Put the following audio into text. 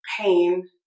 pain